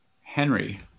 Henry